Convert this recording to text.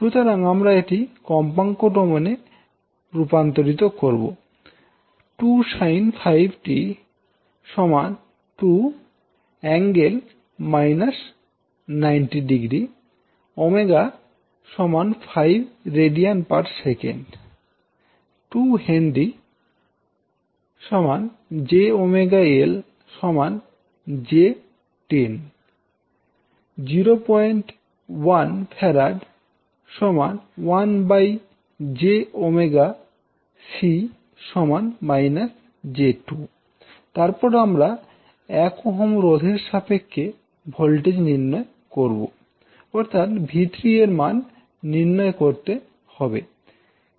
সুতরাং আমরা এটি কম্পাঙ্ক ডোমেনে রূপান্তরিত করবো 2 sin 5t ⇒ 2∠ − 90° ⍵ 5 rads 2H ⇒ j⍵L j10 01F ⇒1j⍵c j2 তারপর আমাদের 1Ω রোধের সাপেক্ষে ভোল্টেজ নির্ণয় করতে হবে অর্থাৎ 𝛎3 এর মান নির্ণয় করতে হবে